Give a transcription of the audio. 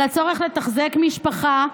על הצורך לתחזק משפחה,